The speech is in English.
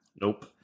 Nope